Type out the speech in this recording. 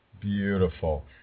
Beautiful